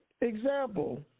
example